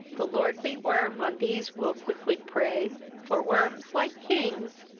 the lordly worm on these will quickly prey for worms, like kings,